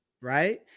right